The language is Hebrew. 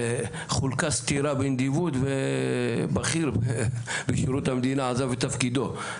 חולקה סטירה בנדיבות ובכיר בשירות המדינה עזב את תפקידו,